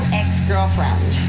ex-girlfriend